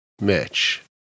Mitch